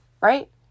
Right